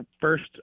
first